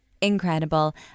incredible